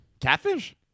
Catfish